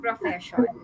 profession